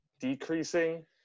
decreasing